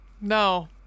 no